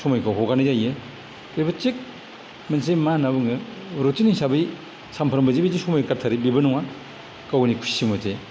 समायखौ हगारनाय जायो बेबो थिक मोनसे मा होनना बुङो रुटिन हिसाबै सानफ्रोमबो जि बिबायदि समाय खाथायो बेबो नङा गावनि खुसि मथै